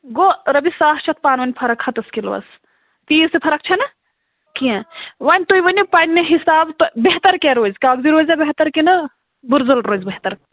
گوٚو رۄپیہِ ساس چھِ اَتھ پانہٕ ؤنۍ فرق ہَتَس کِلوَس تیٖژ تہِ فرق چھَنہٕ کیٚنٛہہ وۄنۍ تُہۍ ؤنِو پنٛنہِ حساب تہٕ بہتَر کیٛاہ روزِ کاکزی روزیٛا بہتَر کِنہٕ بٔرزوٚل روزِ بہتَر